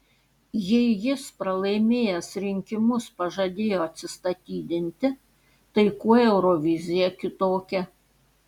jei jis pralaimėjęs rinkimus pažadėjo atsistatydinti tai kuo eurovizija kitokia